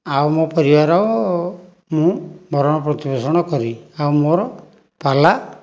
ଆଉ ମୋ ପରିବାର ମୁଁ ଭରଣ ପ୍ରତିପୋଷଣ କରେ ଆଉ ମୋର ପାଲା